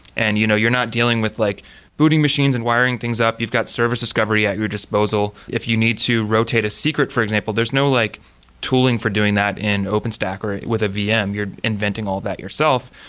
and you know you're not dealing with like booting machines and wiring things up. you've got service discovery at your disposal. if you need to rotate a secret for example, there's no like tooling for doing that in openstack or with a vm. you're inventing all that yourself.